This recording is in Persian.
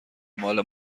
مال